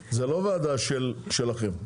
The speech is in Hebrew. זאת לא ועדה שלכם.